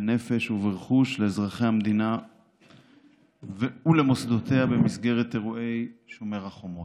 בנפש וברכוש לאזרחי המדינה ולמוסדותיה במסגרת אירועי שומר החומות.